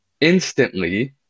instantly